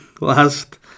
last